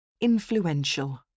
Influential